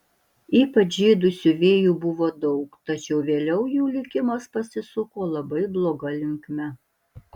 ypač žydų siuvėjų buvo daug tačiau vėliau jų likimas pasisuko labai bloga linkme